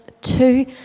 two